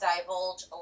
divulge